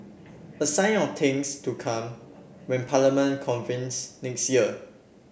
a sign of things to come when Parliament convenes next year